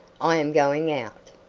i am going out.